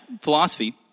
philosophy